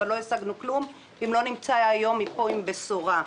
אבל לא נשיג כלום אם לא נצא מפה היום עם בשורה.